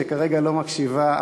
שכרגע לא מקשיבה,